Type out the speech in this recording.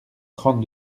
trente